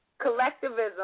collectivism